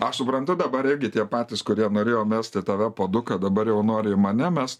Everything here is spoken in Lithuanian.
aš suprantu dabar irgi tie patys kurie norėjo mest į tave puoduką dabar jau nori į mane mest